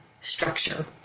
structure